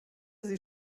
sie